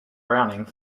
browning